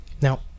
Now